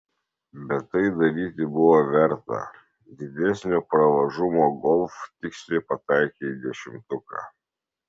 bet tai daryti buvo verta didesnio pravažumo golf tiksliai pataikė į dešimtuką